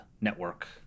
network